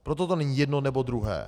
Proto to není jedno, nebo druhé.